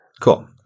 Cool